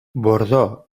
bordó